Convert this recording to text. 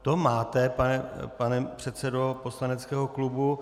To máte, pane předsedo poslaneckého klubu.